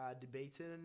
Debating